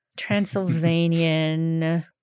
Transylvanian